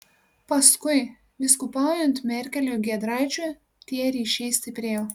paskui vyskupaujant merkeliui giedraičiui tie ryšiai stiprėjo